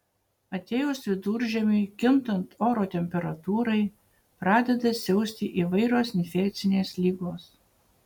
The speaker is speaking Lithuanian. atėjus viduržiemiui kintant oro temperatūrai pradeda siausti įvairios infekcinės ligos